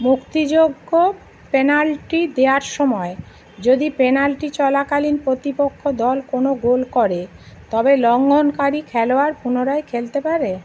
মুক্তিযোগ্য penalty দেয়ার সময় যদি পেনাল্টি চলাকালীন প্রতিপক্ষ দল কোনো গোল করে তবে লঙ্ঘনকারী খেলোয়াড় পুনরায় খেলতে পারে